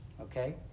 Okay